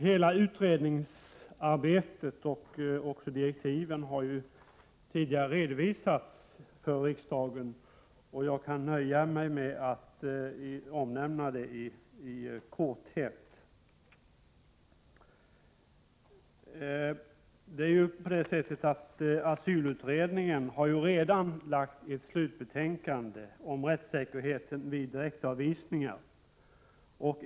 Hela utredningsarbetet har, liksom direktiven, tidigare redovisats för riksdagen, och jag kan nöja mig med att omnämna det i korthet. Asylutredningen har redan lagt fram ett slutbetänkande om rättssäkerheten vid direktavvisningar.